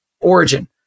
Origin